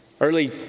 Early